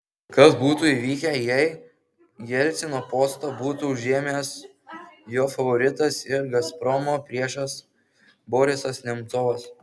kas būtų įvykę jei jelcino postą būtų užėmęs jo favoritas ir gazpromo priešas borisas nemcovas